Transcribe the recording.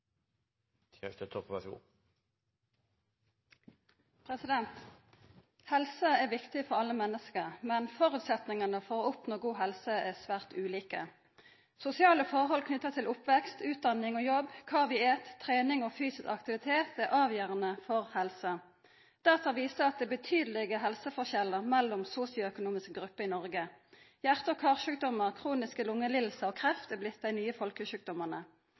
svært ulike. Sosiale forhold knytte til oppvekst, utdanning og jobb, kva vi et, trening og fysisk aktivitet er avgjerande for helsa. Data viser at det er betydelege helseforskjellar mellom sosioøkonomiske grupper i Noreg. Hjarte- og karsjukdommar, kroniske lungelidingar og kreft er blitt dei nye